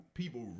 people